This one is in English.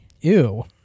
Ew